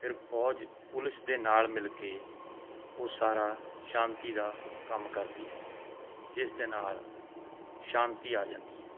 ਫਿਰ ਫੌਜ ਪੁਲਿਸ ਦੇ ਨਾਲ ਮਿਲ ਕੇ ਉਹ ਸਾਰਾ ਸ਼ਾਂਤੀ ਦਾ ਕੰਮ ਕਰਦੀ ਹੈ ਜਿਸਦੇ ਨਾਲ ਸ਼ਾਂਤੀ ਆ ਜਾਂਦੀ ਹੈ